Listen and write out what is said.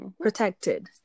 protected